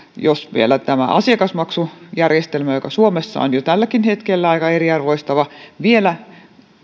jos tämä asiakasmaksujärjestelmä joka suomessa on jo tälläkin hetkellä aika eriarvoistava vielä